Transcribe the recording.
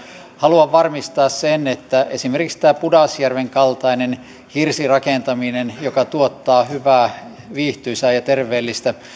haluan varmistaa sen että esimerkiksi pudasjärven hirsirakentamisen joka tuottaa hyvää viihtyisää ja terveellistä